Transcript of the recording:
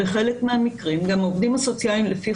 בחלק מהמקרים גם העובדות הסוציאליות לפי